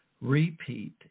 repeat